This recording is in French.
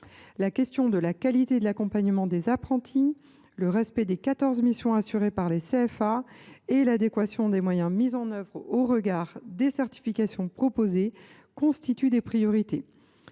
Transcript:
La question de la qualité de l’accompagnement des apprentis, le respect des 14 missions assurées par les centres de formation d’apprentis (CFA) et l’adéquation des moyens mis en œuvre au regard des certifications proposées constituent des priorités.